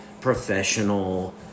professional